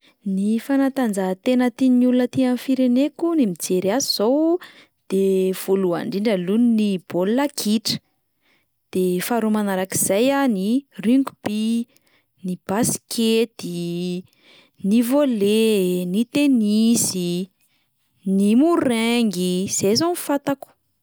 Ny fanatanjahantena tian'ny olona aty amin'ny fireneko ny mijery azy izao de voalohany indrindra aloha ny baolina kitra, de faharoa manarak'izay a ny rugby, ny baskety, ny volley, ny tennis i, ny moraingy, zay izao no fantako.